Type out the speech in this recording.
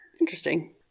Interesting